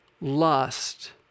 lust